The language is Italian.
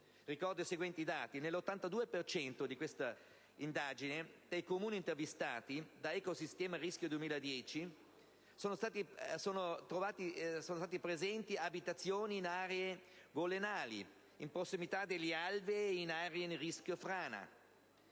Ricordo i seguenti dati. Nell'82 per cento dei comuni intervistati da Ecosistema rischio 2010 sono presenti abitazioni in aree golenali, in prossimità degli alvei e in aree a rischio frana,